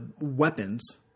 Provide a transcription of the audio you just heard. weapons